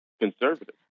conservative